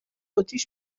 آتیش